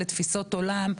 לתפיסות עולם,